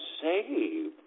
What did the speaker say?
saved